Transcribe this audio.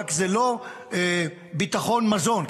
רק שזה לא ביטחון מזון.